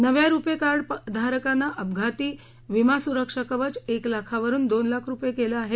नव्या रुपे कार्ड धारकांना अपघाती विमा सुरक्षा कवच एक लाखावरुन दोन लाख रुपये केलं आहे